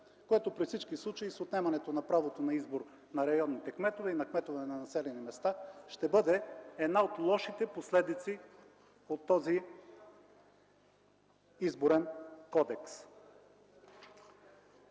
което при всички случаи с отнемане правото на избор на районните кметове и на кметове на населени места ще бъде една от лошите последици от този Изборен кодекс.